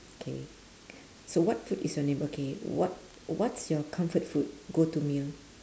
K so what food is your neigh~ okay what what's your comfort food go to meal